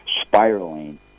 spiraling